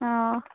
हाँ